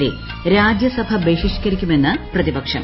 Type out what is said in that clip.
വരെ രാജ്യസഭ ബഹ്ലിഷ്ക്ക്രിക്കുമെന്ന് പ്രതിപക്ഷം